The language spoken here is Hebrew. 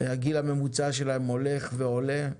הגיל הממוצע שלהם הולך ועולה,